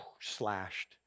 slashed